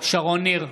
שרון ניר,